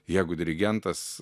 jeigu dirigentas